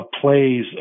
plays